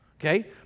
okay